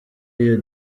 iyo